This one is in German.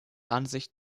ansicht